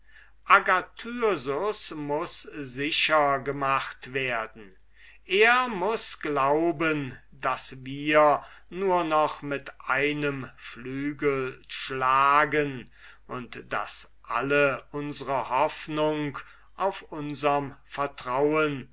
agathyrsus muß sicher gemacht werden er muß glauben daß wir nur noch mit einem flügel schlagen und daß alle unsre hoffnung auf unserm vertrauen